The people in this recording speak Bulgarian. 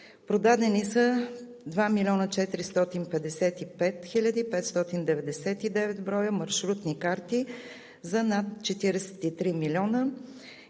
продадени са 2 млн. 455 хил. 599 броя маршрутни карти за над 43 млн.